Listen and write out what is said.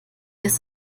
ist